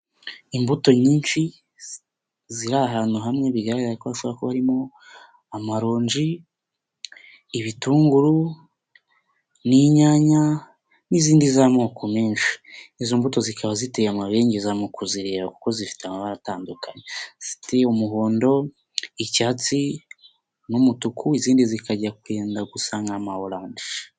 Imbuto nyinshi ziri ahantu hamwe bigaragara ko hashobora kuba harimo: amaronji, ibitunguru n'inyanya n'izindi z'amoko menshi, izo mbuto zikaba ziteye amabengeza mu kuzireba kuko zifite amabara atandukanye, zifite: umuhondo, icyatsi n'umutuku, izindi zikajya kwenda gusa nk'ama oranje.